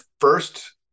first